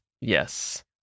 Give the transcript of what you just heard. yes